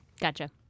gotcha